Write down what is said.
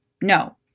No